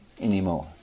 anymore